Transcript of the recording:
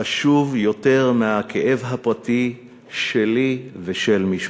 חשוב יותר מהכאב הפרטי שלי ושל משפחתי.